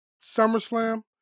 SummerSlam